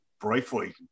briefly